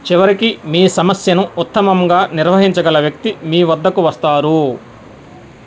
చివరికి మీ సమస్యను ఉత్తమముగా నిర్వహించగల వ్యక్తి మీ వద్దకు వస్తారూ